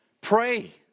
Pray